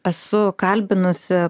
esu kalbinusi